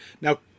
Now